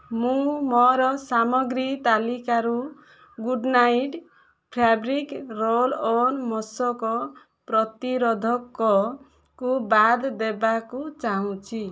ମୁଁ ମୋର ସାମଗ୍ରୀ ତାଲିକାରୁ ଗୁଡ୍ ନାଇଟ୍ ଫ୍ୟାବ୍ରିକ୍ ରୋଲ୍ଅନ୍ ମଶକ ପ୍ରତିରୋଧକ କୁ ବାଦ୍ ଦେବାକୁ ଚାହୁଁଛି